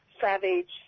savage